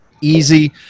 easy